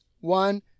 One